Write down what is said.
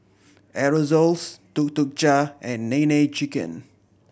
Aerosoles Tuk Tuk Cha and Nene Chicken